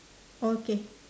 okay